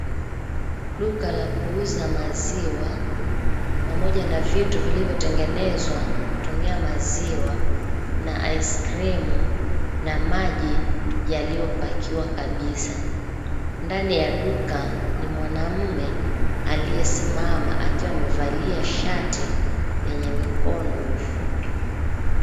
Duka la kuuza maziwa pamoja na vitu vilivyotengenezwa kutumia maziwa na ice cream , na maji yaliyopakiwa kabisa. Ndani ya duka ni mwanaume aliyesimama akiwa amevalia shati lenye mikono mifupi.